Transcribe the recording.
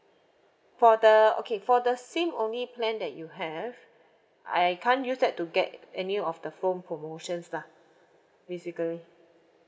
for the okay for the SIM only plan that you have I can't use that to get any of the phone promotions lah basically